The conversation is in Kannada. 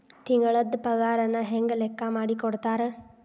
ತಿಂಗಳದ್ ಪಾಗಾರನ ಹೆಂಗ್ ಲೆಕ್ಕಾ ಮಾಡಿ ಕೊಡ್ತಾರಾ